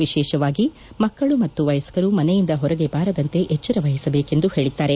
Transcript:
ವಿಶೇಷವಾಗಿ ಮಕ್ಕಳ ಮತ್ತು ವಯಸ್ಕರು ಮನೆಯಿಂದ ಹೊರಗೆ ಬಾರದಂತೆ ಎಚ್ಚರವಹಿಸಬೇಕೆಂದು ಹೇಳಿದ್ದಾರೆ